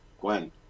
Gwen